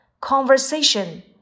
conversation